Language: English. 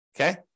okay